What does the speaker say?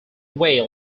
way